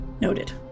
Noted